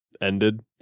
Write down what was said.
ended